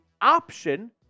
option